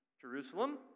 Jerusalem